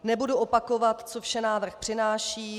Nebudu opakovat, co vše návrh přináší.